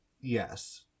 Yes